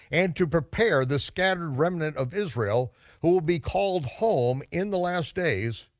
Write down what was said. and to prepare the scattered remnant of israel who will be called home in the last days,